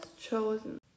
chosen